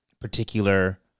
particular